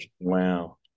Wow